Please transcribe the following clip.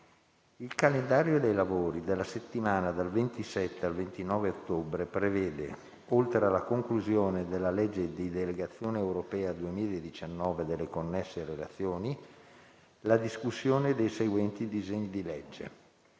Il calendario dei lavori della settimana dal 27 al 29 ottobre prevede, oltre alla conclusione della legge di delegazione europea 2019 e delle connesse relazioni, la discussione dei seguenti disegni di legge: